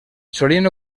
solien